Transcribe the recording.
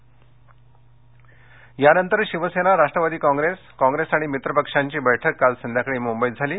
ठाकरे यानंतर शिवसेना राष्ट्रवादी कॉंग्रेस कॉंग्रेस आणि मित्रपक्षांची बैठक काल संध्याकाळी मुंबईत झाली